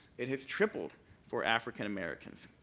it has tripled for african-americans.